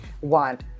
want